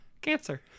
cancer